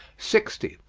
sixty.